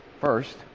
first